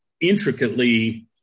intricately